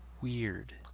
Weird